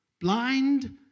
blind